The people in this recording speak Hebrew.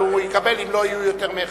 אבל הוא יקבל אם לא יהיה יותר מאחד.